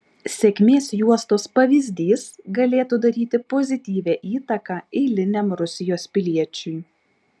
sėkmės juostos pavyzdys galėtų daryti pozityvią įtaką eiliniam rusijos piliečiui